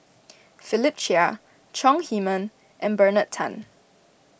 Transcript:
Philip Chia Chong Heman and Bernard Tan